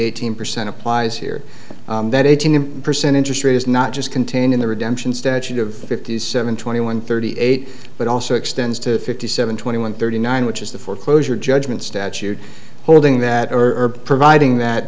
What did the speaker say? eighteen percent applies here that eighteen percent interest rate is not just contained in the redemption statute of fifty seven twenty one thirty eight but also extends to fifty seven twenty one thirty nine which is the foreclosure judgment statute holding that erb providing that